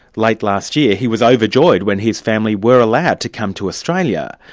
late last year he was overjoyed when his family were allowed to come to australia.